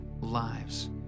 lives